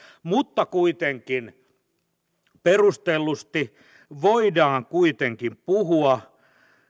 mutta perustellusti voidaan kuitenkin puhua